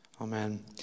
Amen